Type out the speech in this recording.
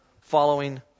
following